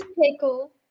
Pickle